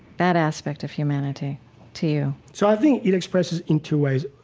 that aspect of humanity to you? so i think it expresses in two ways.